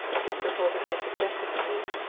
his proposal had suggested to me,